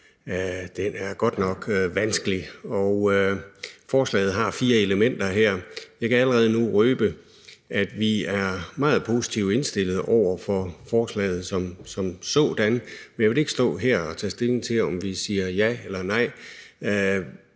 den er godt nok vanskelig. Forslaget har fire elementer, og jeg kan allerede nu røbe, at vi er meget positivt indstillet over for forslaget som sådan, men jeg vil ikke stå her og tage stilling til, om vi siger ja eller nej,